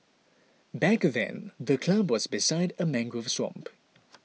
back then the club was beside a mangrove swamp